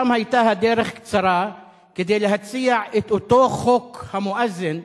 משם היתה הדרך קצרה כדי להציע את אותו חוק המואזין,